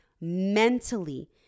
mentally